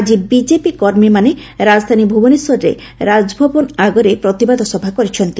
ଆଜି ବିଜେପି କର୍ମୀମାନେ ରାକଧାନୀ ଭୁବନେଶ୍ୱରରେ ରାକଭବନ ଆଗରେ ପ୍ରତିବାଦ ସଭା କରିଛନ୍ତି